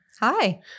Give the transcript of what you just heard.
Hi